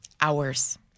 hours